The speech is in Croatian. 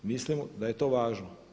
Mislimo da je to važno.